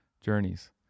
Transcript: journeys